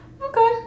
Okay